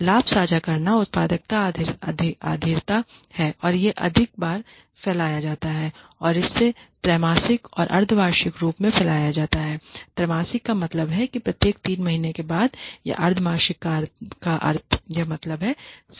लाभ साझा करना उत्पादकता आधारित है यह अधिक बार फैलाया जाता है और इसे त्रैमासिक या अर्ध वार्षिक रूप से फैलाया जाता है त्रैमासिक का मतलब कि प्रत्येक 3 महीने के बाद है या अर्ध वार्षिक अर्ध का मतलब है साल का आधा छमाही